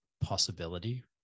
possibility